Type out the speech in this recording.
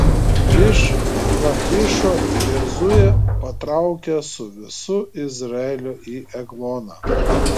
iš lachišo jozuė patraukė su visu izraeliu į egloną